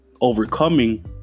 overcoming